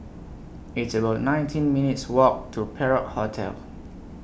It's about nineteen minutes' Walk to Perak Hotel